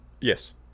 Yes